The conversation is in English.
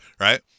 right